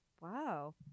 wow